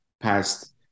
past